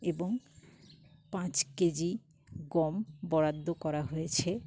এবং পাঁচ কেজি গম বরাদ্দ করা হয়েছে